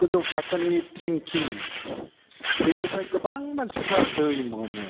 गोजौ थाखोनि टेंकि बेनिफ्राय गोबां मानसिफ्रा दै मोनो